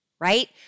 right